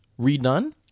Redone